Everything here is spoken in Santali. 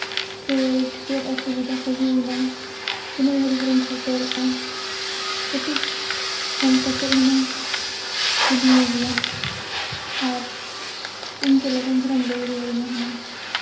ᱥᱮ ᱪᱮᱫ ᱚᱥᱩᱵᱤᱫᱟ ᱠᱚ ᱦᱩᱭᱮᱱᱟ ᱛᱤᱱᱟᱹᱜ ᱜᱷᱟᱹᱲᱤᱠ ᱨᱮᱢ ᱥᱮᱴᱮᱨᱚᱜᱼᱟ ᱠᱟᱹᱴᱤᱡ ᱯᱷᱳᱱ ᱠᱟᱛᱮ ᱦᱩᱱᱟᱹᱝ ᱠᱩᱞᱤ ᱧᱚᱜᱮᱭᱟᱢ ᱟᱨ ᱤᱧ ᱜᱮ ᱞᱚᱜᱚᱱ ᱫᱷᱟᱨᱟᱢ ᱞᱟᱹᱭ ᱨᱩᱣᱟᱹᱲᱟᱹᱧᱟᱹ ᱦᱩᱱᱟᱹᱝ